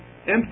empty